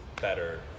better